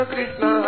Krishna